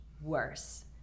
worse